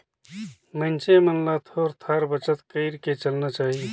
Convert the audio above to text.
मइनसे मन ल थोर थार बचत कइर के चलना चाही